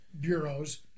bureaus